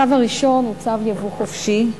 הצו הראשון הוא צו יבוא חופשי,